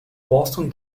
boston